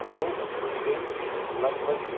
گوٚو تم گیۍ لَگ بگ